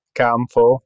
campo